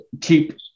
keep